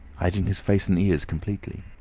hiding his face and ears completely.